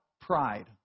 pride